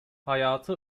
hayatı